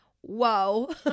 whoa